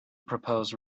propose